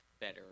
better